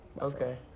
Okay